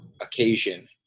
occasion